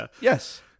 yes